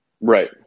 Right